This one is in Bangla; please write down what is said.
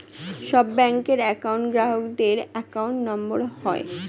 সব ব্যাঙ্কের একউন্ট গ্রাহকদের অ্যাকাউন্ট নম্বর হয়